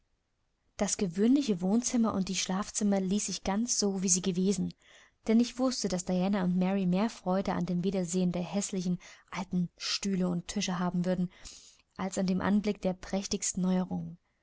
das gewöhnliche wohnzimmer und die schlafzimmer ließ ich ganz so wie sie gewesen denn ich wußte daß diana und mary mehr freude an dem wiedersehen der häßlichen alten stühle und tische haben würden als an dem anblick der prächtigsten neuerungen